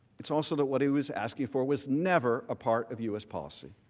is also that what he was asking for was never a part of u s. policy.